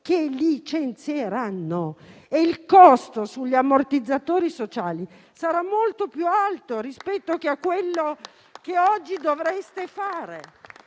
licenzieranno ed il costo sugli ammortizzatori sociali sarà molto più alto rispetto all'intervento che oggi dovreste fare.